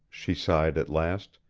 she sighed at last,